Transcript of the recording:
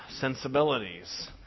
sensibilities